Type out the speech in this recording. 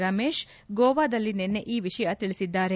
ರಮೇಶ್ ಗೋವಾದಲ್ಲಿ ನಿನ್ನೆ ಈ ವಿಷಯ ತಿಳಿಸಿದ್ದಾರೆ